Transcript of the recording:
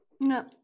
No